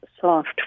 soft